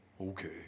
okay